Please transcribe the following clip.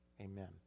Amen